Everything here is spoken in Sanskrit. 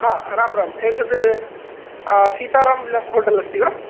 हा रां राम् एतद् सीतारां विलास् होटल् अस्ति वा